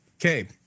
Okay